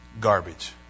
garbage